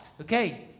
Okay